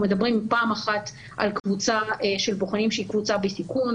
אנחנו מדברים פעם אחת על קבוצה של בוחנים שהיא קבוצה בסיכון,